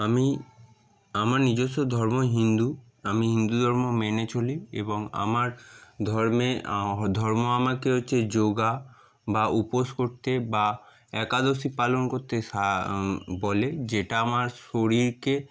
আমি আমার নিজস্ব ধর্ম হিন্দু আমি হিন্দু ধর্ম মেনে চলি এবং আমার ধর্মে ধর্ম আমাকে হচ্ছে যোগা বা উপোস করতে বা একাদশী পালন করতে বলে যেটা আমার শরীরকে